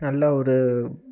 நல்லா ஒரு